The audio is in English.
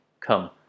Come